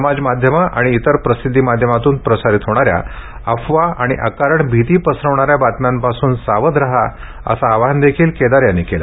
समाजमाध्यमे आणि इतर प्रसिद्धी माध्यमातून प्रसारीत होणाऱ्या अफवा आणि अकारण भीती पसरविणाऱ्या बातम्यांपासून सावध राहा असं आवाहन देखील केदार यांनी केले